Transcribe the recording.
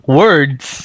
words